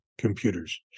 computers